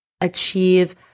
achieve